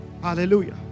Hallelujah